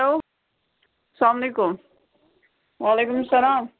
hello اسلام علیکُم وعلیکُم سلام